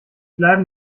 bleiben